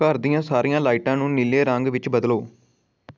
ਘਰ ਦੀਆਂ ਸਾਰੀਆਂ ਲਾਈਟਾਂ ਨੂੰ ਨੀਲੇ ਰੰਗ ਵਿੱਚ ਬਦਲੋ